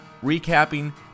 recapping